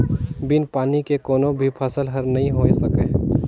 बिन पानी के कोनो भी फसल हर नइ होए सकय